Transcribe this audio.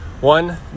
one